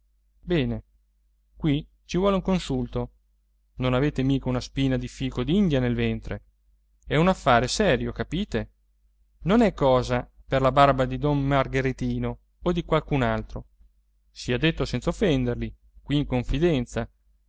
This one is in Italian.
bene qui ci vuole un consulto non avete mica una spina di fico d'india nel ventre è un affare serio capite non è cosa per la barba di don margheritino o di qualcun altro sia detto senza offenderli qui in confidenza